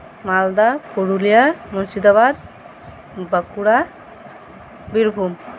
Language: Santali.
ᱢᱟᱞᱫᱟ ᱯᱩᱨᱩᱞᱤᱭᱟᱹ ᱢᱩᱨᱥᱤᱫᱟᱵᱟᱫ ᱵᱟᱸᱠᱩᱲᱟ ᱵᱤᱨᱵᱷᱩᱢ